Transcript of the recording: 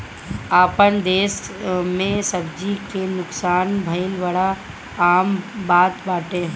आपन देस में सब्जी के नुकसान भइल बड़ा आम बात बाटे